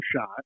shot